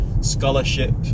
scholarship